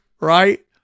right